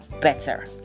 better